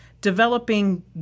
developing